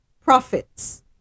profits